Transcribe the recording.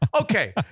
okay